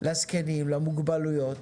לזקנים למוגבלויות